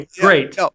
great